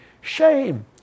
shame